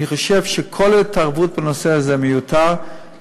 אני חושב שכל התערבות בנושא הזה מיותרת,